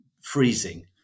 freezing